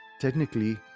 technically